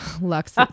Lux